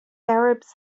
arabs